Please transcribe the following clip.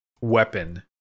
weapon